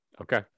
Okay